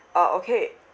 oh okay